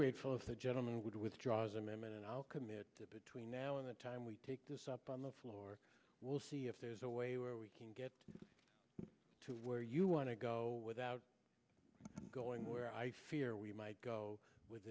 grateful if the gentleman would withdraw his amendment and i'll commit to between now and the time we take this up on the floor we'll see if there's a way where we can get to where you want to go without going where i fear we might go with